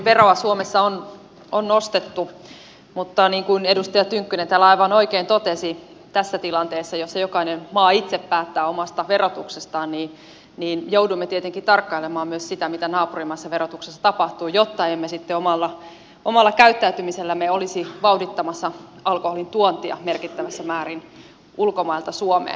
alkoholiveroa suomessa on nostettu mutta niin kuin edustaja tynkkynen täällä aivan oikein totesi tässä tilanteessa jossa jokainen maa itse päättää omasta verotuksestaan joudumme tietenkin tarkkailemaan myös sitä mitä naapurimaissa verotuksessa tapahtuu jotta emme sitten omalla käyttäytymisellämme olisi vauhdittamassa alkoholin tuontia merkittävässä määrin ulkomailta suomeen